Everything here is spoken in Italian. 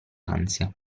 ansia